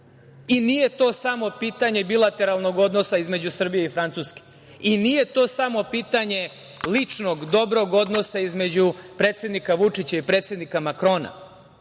nije to samo pitanje bilateralnog odnosa između Srbije i Francuske, i nije to samo pitanje ličnog, dobrog odnosa između predsednika Vučića i predsednika Makrona,